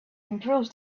improves